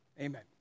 Amen